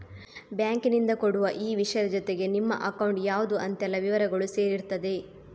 ಬ್ಯಾಂಕಿನಿಂದ ಕೊಡುವ ಈ ವಿಷಯದ ಜೊತೆಗೆ ನಿಮ್ಮ ಅಕೌಂಟ್ ಯಾವ್ದು ಅಂತೆಲ್ಲ ವಿವರಗಳೂ ಸೇರಿರ್ತದೆ